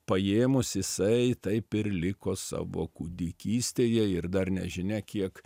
paėmus jisai taip ir liko savo kūdikystėje ir dar nežinia kiek